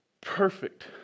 perfect